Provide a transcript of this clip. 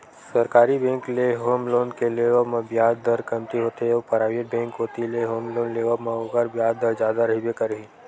सरकारी बेंक ले home loan के लेवब म बियाज दर कमती होथे अउ पराइवेट बेंक कोती ले होम लोन लेवब म ओखर बियाज दर जादा रहिबे करही